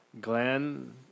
Glenn